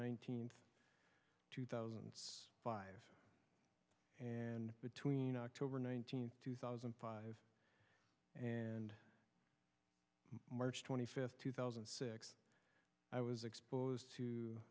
nineteenth two thousand and five and between october nineteenth two thousand and five and march twenty fifth two thousand and six i was exposed to